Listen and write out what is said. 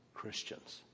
Christians